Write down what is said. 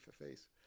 face